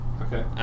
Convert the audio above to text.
Okay